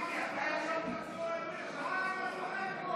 ישן שנ"ץ,